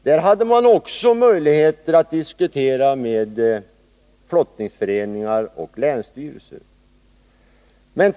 Där hade man också möjligheter att diskutera med flottningsföreningarna och länsstyrelsen.